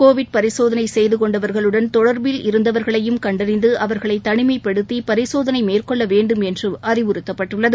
Covid பரிசோதனை செய்துகொண்டவர்களுடன் தொடர்பில் இருந்தவர்களையும் கண்டறிந்து அவர்களை தனிமைப்படுத்தி பரிசோதனை மேற்கொள்ளவேண்டும் என்று அறிவுறுத்தப்பட்டுள்ளது